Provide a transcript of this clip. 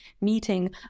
meeting